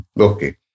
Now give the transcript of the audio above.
Okay